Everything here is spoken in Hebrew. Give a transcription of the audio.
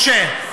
משה,